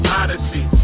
odyssey